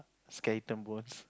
skeleton bones